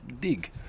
dig